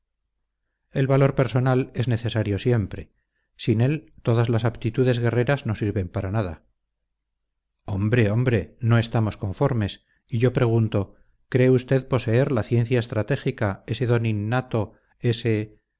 el valor personal es necesario siempre sin él todas las aptitudes guerreras no sirven para nada hombre hombre no estamos conformes y yo pregunto cree usted poseer la ciencia estratégica ese don innato ese